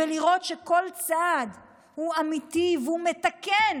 ולראות שכל צעד הוא אמיתי והוא מתקן